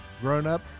grown-up